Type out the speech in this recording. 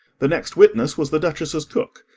the next witness was the duchess's cook.